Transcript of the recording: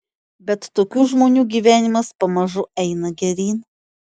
bet tokių žmonių gyvenimas pamažu eina geryn